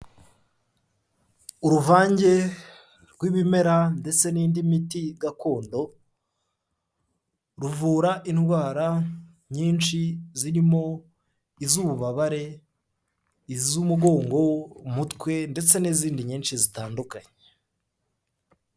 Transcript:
Uruvange rw'ibimera ndetse n'indi miti gakondo, ruvura indwara nyinshi zirimo iz'ububabare, iz'umugongo, umutwe ndetse n'izindi nyinshi zitandukanye.